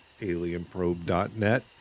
alienprobe.net